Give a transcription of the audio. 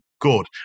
good